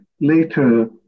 later